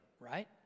right